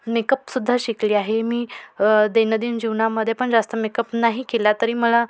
मेकअपसुद्धा शिकली आहे मी दैंनदिन जीवनामध्ये पण जास्त मेकअप नाही केला तरी मला